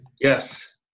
Yes